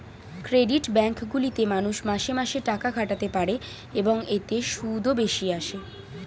credit bank গুলিতে মানুষ মাসে মাসে টাকা খাটাতে পারে, এবং এতে সুদও বেশি আসে